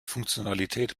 funktionalität